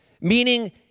meaning